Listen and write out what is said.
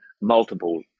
multiple